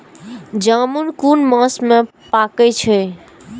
जामून कुन मास में पाके छै?